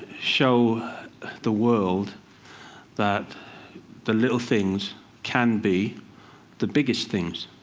show the world that the little things can be the biggest things.